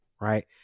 right